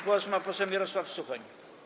Głos ma poseł Mirosław Suchoń.